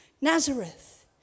Nazareth